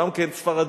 גם כן ספרדי,